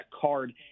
card